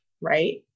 right